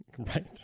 Right